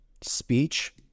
speech